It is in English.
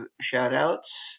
shout-outs